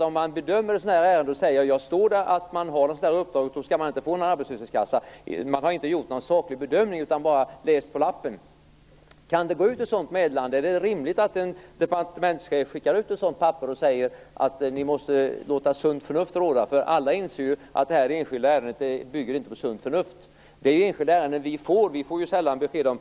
Om man bedömer ett sådant här arbete och säger att det står att den som har ett ideellt uppdrag inte skall få arbetslöshetskassa, har man inte gjort en saklig bedömning utan bara så att säga läst på lappen. Kan alltså ett sådant meddelande gå ut? Är det rimligt att en departementschef skickar ut ett papper där det står att man måste låta sunt förnuft råda? Alla inser att det hela i det här enskilda ärendet inte bygger på sunt förnuft. Det är ju enskilda ärenden som vi som enskilda ledamöter får besked om.